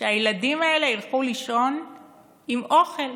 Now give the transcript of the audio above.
שהילדים האלה ילכו לישון עם אוכל.